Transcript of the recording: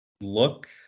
look